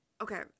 okay